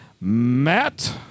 matt